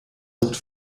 sucht